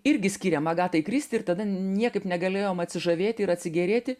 irgi skirėm agatai kristi ir tada niekaip negalėjom atsižavėti ir atsigėrėti